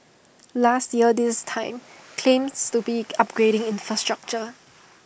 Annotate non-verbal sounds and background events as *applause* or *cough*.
*noise* last year this time claims to be upgrading infrastructure